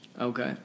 Okay